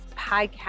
Podcast